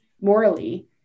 morally